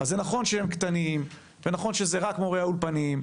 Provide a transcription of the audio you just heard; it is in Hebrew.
אז זה נכון שהם קטנים ונכון שזה רק מורי האולפנים,